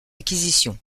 acquisition